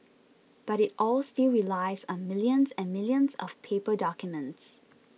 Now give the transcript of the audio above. but it all still relies on millions and millions of paper documents